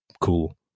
cool